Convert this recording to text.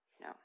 No